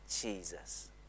Jesus